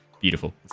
Beautiful